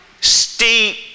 Steep